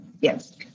Yes